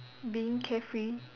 being carefree